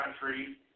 country